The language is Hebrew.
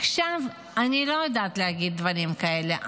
עכשיו אני לא יודעת להגיד דברים כאלה.